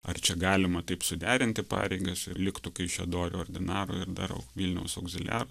ar čia galima taip suderinti pareigas ir liktų kaišiadorių ordinaru ir dar vilniaus augziliaru